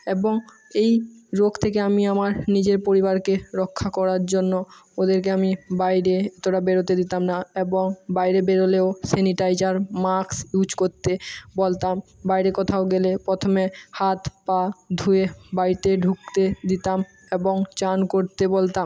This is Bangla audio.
এবং এই রোগ থেকে আমি আমার নিজের পরিবারকে রক্ষা করার জন্য ওদেরকে আমি বাইরে অতটা বেরোতে দিতাম না এবং বাইরে বেরোলেও স্যানিটাইজার মাক্স ইউজ করতে বলতাম বাইরে কোথাও গেলে পথমে হাত পা ধুয়ে বাড়িতে ঢুকতে দিতাম এবং চান করতে বলতাম